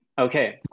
Okay